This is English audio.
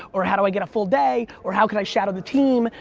or, how do i get a full day? or, how can i shadow the team?